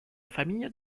famille